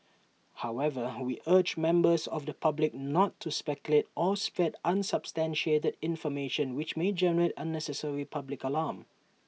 however we urge members of the public not to speculate or spread unsubstantiated information which may generate unnecessary public alarm